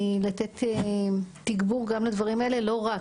ולתת תגבור לדברים האלה גם בתוך מבחני התמיכה; לא רק,